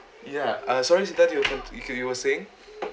ya sorry then you con~ you you were saying